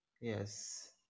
yes